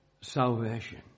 salvation